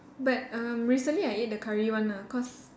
but um recently I ate the curry one ah cause